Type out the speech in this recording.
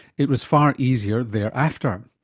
it was far easier thereafter.